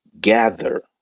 gather